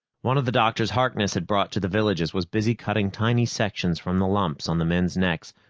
one of the doctors harkness had brought to the villages was busy cutting tiny sections from the lumps on the men's necks,